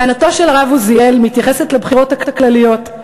טענתו של הרב עוזיאל מתייחסת לבחירות הכלליות,